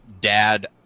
Dad